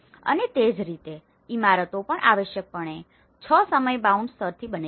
અને તે જ રીતે ઇમારતો પણ આવશ્યકપણે 6 સમય બાઉન્ડ સ્તરોથી બનેલી છે